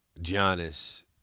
Giannis